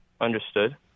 Understood